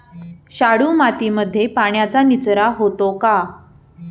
शाडू मातीमध्ये पाण्याचा निचरा होतो का?